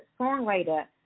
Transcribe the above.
songwriter